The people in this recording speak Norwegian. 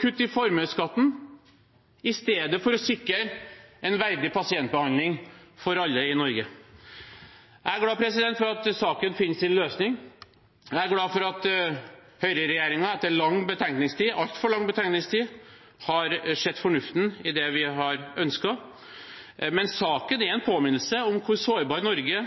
kutt i formuesskatten, i stedet for å sikre en verdig pasientbehandling for alle i Norge. Jeg er glad for at saken finner sin løsning. Jeg er glad for at høyreregjeringen etter lang betenkningstid – altfor lang betenkningstid – har sett fornuften i det vi har ønsket. Men saken er en påminnelse om hvor sårbart Norge